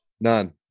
None